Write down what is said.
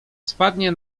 spadnie